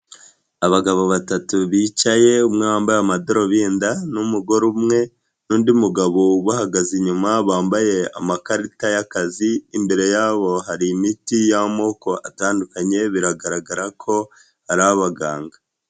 Abagabo batatu bicaye, umwe wambaye amadarubindi n'umugore umwe n'undi mugabo ubahagaze inyuma, bambaye amakarita y'akazi, imbere yabo hari imiti y'amoko atandukanye biragaragara ko ari abaganga.